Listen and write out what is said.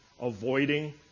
avoiding